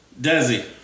Desi